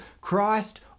Christ